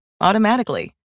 automatically